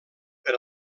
per